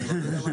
תודה כבוד השר.